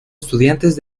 estudiantes